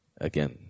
again